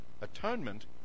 atonement